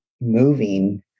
moving